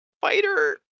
fighter